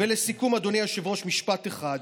ולסיכום, אדוני היושב-ראש, משפט אחד.